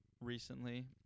recently